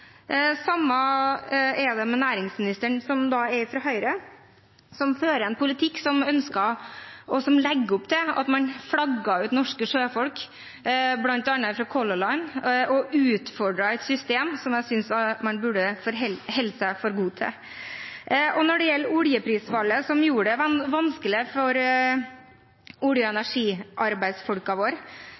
det er få søkere til den. Det samme gjelder næringsministeren, fra Høyre, som fører en politikk der man ønsker – og legger opp til – å flagge ut norske sjøfolk, bl.a. fra Color Line, og utfordrer et system, noe jeg synes man burde holde seg for god til. Når det gjelder oljeprisfallet, som gjorde det vanskelig for olje- og energiarbeidsfolkene våre,